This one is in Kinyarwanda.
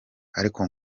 ariko